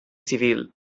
civil